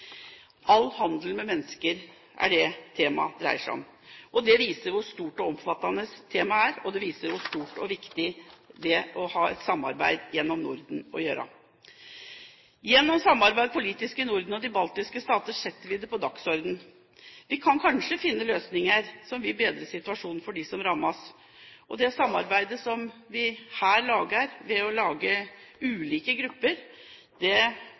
All handel med mennesker er det temaet det dreier seg om. Det viser hvor stort og omfattende temaet er, og det viser hvor stort og viktig det er å ha et samarbeid i Norden. Gjennom politisk samarbeid i Norden og med de baltiske stater setter vi det på dagsordenen. Vi kan kanskje finne løsninger som vil bedre situasjonen for dem som rammes, og det samarbeidet som vi her lager ved å sette ned ulike grupper,